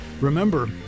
Remember